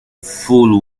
fool